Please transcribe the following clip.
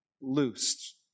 loosed